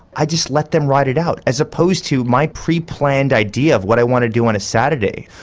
i just let them ride it out as opposed to my pre-planned idea of what i want to do on a saturday.